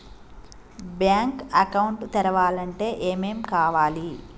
Bank account తెరవాలంటే ఏమేం కావాలి?